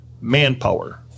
manpower